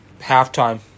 Halftime